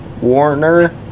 Warner